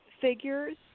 figures